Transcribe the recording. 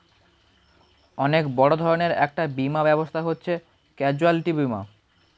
অনেক বড় ধরনের একটা বীমা ব্যবস্থা হচ্ছে ক্যাজুয়ালটি বীমা